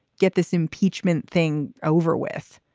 get this impeachment thing over with.